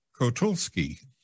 Kotulski